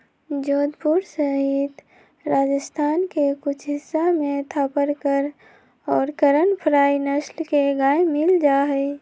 जोधपुर सहित राजस्थान के कुछ हिस्सा में थापरकर और करन फ्राइ नस्ल के गाय मील जाहई